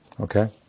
okay